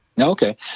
Okay